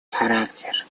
характер